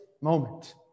moment